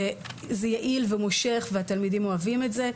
שזה יעיל ומושך והתלמידים אוהבים את זה,